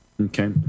okay